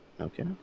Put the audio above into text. Okay